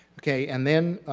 okay. and then